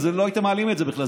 אז לא הייתם מעלים את זה בכלל,